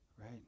right